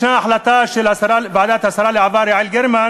יש החלטה של ועדת השרה לשעבר יעל גרמן